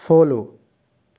follow